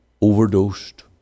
overdosed